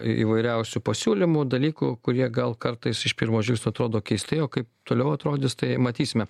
įvairiausių pasiūlymų dalykų kurie gal kartais iš pirmo žvilgsnio atrodo keistai o kaip toliau atrodys tai matysime